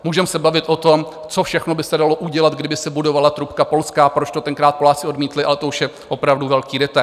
Můžeme se bavit o tom, co všechno by se dalo udělat, kdyby se budovala trubka polská, proč to tenkrát Poláci odmítli, ale to už je opravdu velký detail.